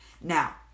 Now